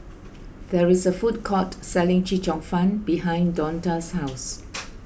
there is a food court selling Chee Cheong Fun behind Donta's house